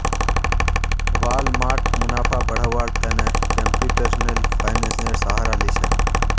Walmart मुनाफा बढ़व्वार त न कंप्यूटेशनल फाइनेंसेर सहारा ली छेक